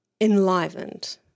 enlivened